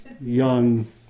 young